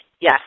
Yes